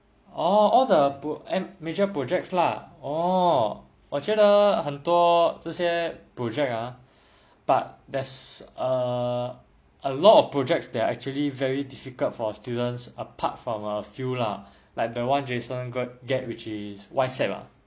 orh all the major pro and projects lah orh 我觉得很多这些 project ah but there's err a lot of projects that are actually very difficult for students apart from a few lah like the [one] jason get which is Whysapp ah